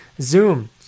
Zoom